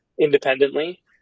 independently